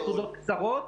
עוד שתי נקודות קצרות